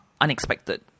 unexpected